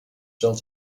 cell